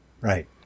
Right